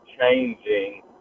changing